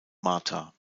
martha